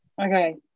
Okay